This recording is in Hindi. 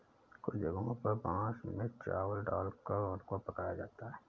कुछ जगहों पर बांस में चावल डालकर उनको पकाया जाता है